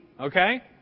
okay